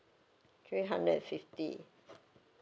three hundred and fifty